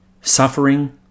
Suffering